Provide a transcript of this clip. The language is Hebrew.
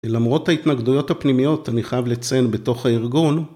למרות ההתנגדויות הפנימיות אני חייב לציין בתוך הארגון